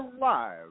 live